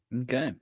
Okay